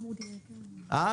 אני